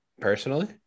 personally